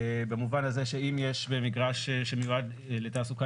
במובן הזה שאם במגרש שמיועד לתעסוקה